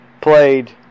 played